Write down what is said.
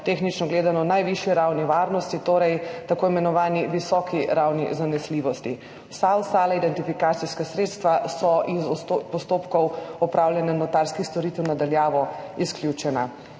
tehnično gledano najvišji ravni varnosti, torej tako imenovani visoki ravni zanesljivosti. Vsa ostala identifikacijska sredstva so iz postopkov opravljanja notarskih storitev na daljavo izključena.